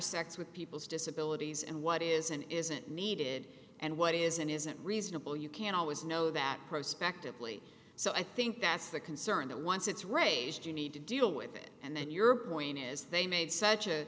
s with people's disabilities and what isn't isn't needed and what isn't isn't reasonable you can't always know that prospectively so i think that's the concern that once it's raised you need to deal with it and then your point is they made such an